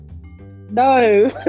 No